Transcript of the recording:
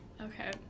Okay